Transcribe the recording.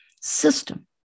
system